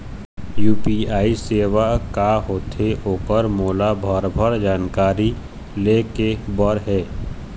UPI सेवा का होथे ओकर मोला भरभर जानकारी लेहे बर हे?